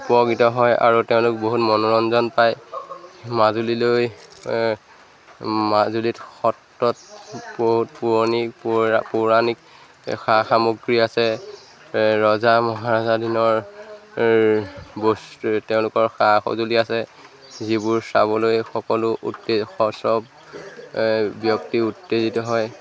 উপকৃত হয় আৰু তেওঁলোক বহুত মনোৰঞ্জন পায় মাজুলীলৈ মাজুলীত সত্ৰত বহুত পৌৰাণিক পৌৰা পৌৰাণিক সা সামগ্ৰী আছে ৰজা মহাৰজা দিনৰ বস্তু তেওঁলোকৰ সা সঁজুলি আছে যিবোৰ চাবলৈ সকলো উত্তে সচব ব্যক্তি উত্তেজিত হয়